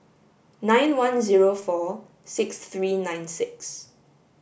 nine one zero four six three nine six